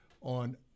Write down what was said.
on